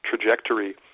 trajectory